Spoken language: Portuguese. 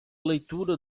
leitura